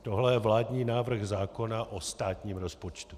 Tohle je vládní návrh zákona o státním rozpočtu.